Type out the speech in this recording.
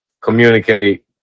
communicate